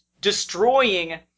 destroying